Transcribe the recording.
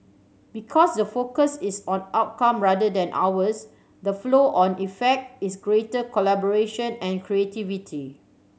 because the focus is on outcome rather than hours the flow on effect is greater collaboration and creativity